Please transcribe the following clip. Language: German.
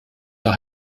der